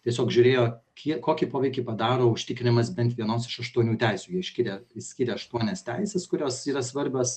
tiesiog žiūrėjo kie kokį poveikį padaro užtikrinimas bent vienos iš aštuonių teisių jie škiria išskyrė aštuonias teises kurios yra svarbios